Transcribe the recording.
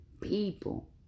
people